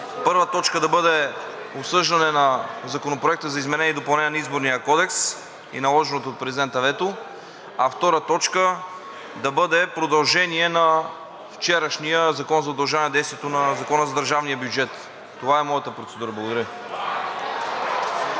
първа точка да бъде обсъждане на Законопроекта за изменение и допълнение на Изборния кодекс и наложеното от президента вето, а втора точка да бъде продължение на вчерашния Закон за удължаване действието на Закона за държавния бюджет. Това е моята процедура. Благодаря.